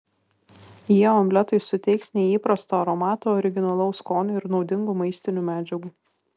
jie omletui suteiks neįprasto aromato originalaus skonio ir naudingų maistinių medžiagų